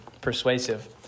persuasive